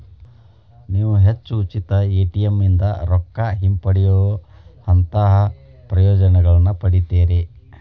ನೇವು ಹೆಚ್ಚು ಉಚಿತ ಎ.ಟಿ.ಎಂ ಇಂದಾ ರೊಕ್ಕಾ ಹಿಂಪಡೆಯೊಅಂತಹಾ ಪ್ರಯೋಜನಗಳನ್ನ ಪಡಿತೇರಿ